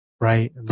right